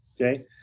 Okay